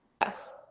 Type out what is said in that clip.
yes